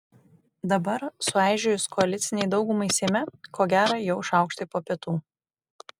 dabar sueižėjus koalicinei daugumai seime ko gera jau šaukštai po pietų